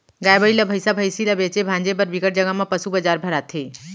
गाय, बइला, भइसा, भइसी ल बेचे भांजे बर बिकट जघा म पसू बजार भराथे